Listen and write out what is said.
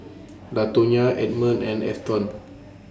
Latonya Edmond and Afton